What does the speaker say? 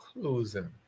closing